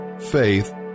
Faith